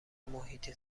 محیط